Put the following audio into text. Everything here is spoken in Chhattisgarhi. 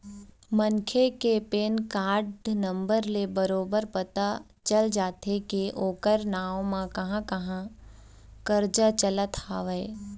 मनखे के पैन कारड नंबर ले बरोबर पता चल जाथे के ओखर नांव म कहाँ कहाँ करजा चलत हवय